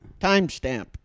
Timestamp